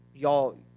Y'all